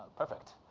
perfect.